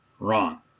Wrong